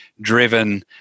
driven